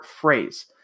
phrase